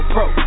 Pro